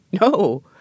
No